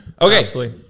Okay